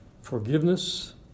forgiveness